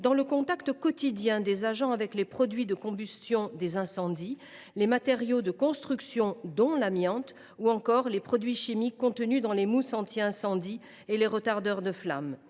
dans le contact quotidien des agents avec les produits de combustion des incendies, les matériaux de construction – dont l’amiante – ou encore avec les produits chimiques contenus dans les mousses anti incendie et les retardateurs de flamme.